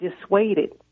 dissuaded